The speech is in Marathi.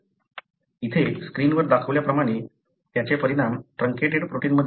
इथे स्क्रीनवर दाखवल्याप्रमाणे त्याचे परिणाम ट्रांकेटेड प्रोटिन मध्ये होईल का